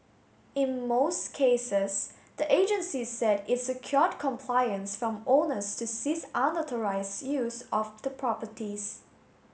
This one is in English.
in most cases the agency said it secured compliance from owners to cease unauthorised use of the properties